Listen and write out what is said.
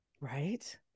Right